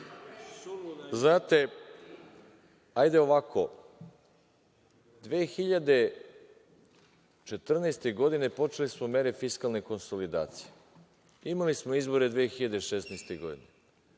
potez. Hajde ovako, 2014. godine počeli smo mere fiskalne konsolidacije. Imali smo izbore 2016. godine.